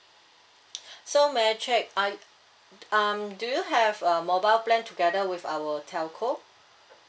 so may I check are um do you have a mobile plan together with our telco